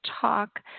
talk